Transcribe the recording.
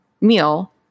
meal